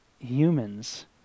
humans